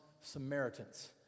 Samaritans